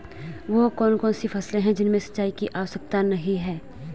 वह कौन कौन सी फसलें हैं जिनमें सिंचाई की आवश्यकता नहीं है?